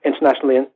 internationally